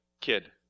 kid